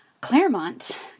Claremont